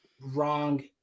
wrong